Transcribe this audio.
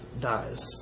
dies